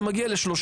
אתה מגיע ל-30.